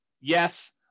Yes